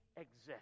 exist